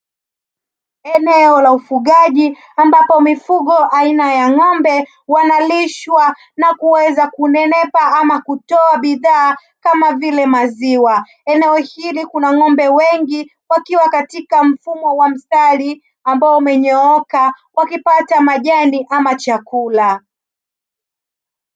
Eneo la ufugaji ambapo mifugo aina ya ng'ombe, wanalishwa na kuweza kunenepa ama kutoa bidhaa kama vile maziwa. Eneo hili kuna ng'ombe wengi wakiwa katika mfumo wa mstari, ambao umenyooka wakipata majani ama chakula.